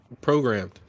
Programmed